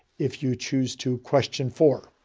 if you choose to. question four